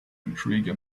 intrigue